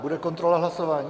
Bude kontrola hlasování?